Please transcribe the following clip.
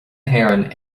héireann